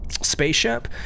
spaceship